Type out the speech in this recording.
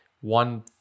one